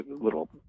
little